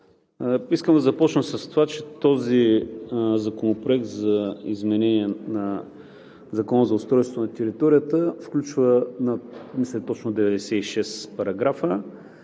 Искам да започна с това, че този законопроект за изменение на Закона за устройството на територията включва, мисля, точно 96 параграфа.